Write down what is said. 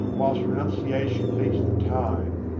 whilst renunciation beats the time.